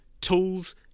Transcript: tools